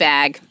Bag